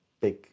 big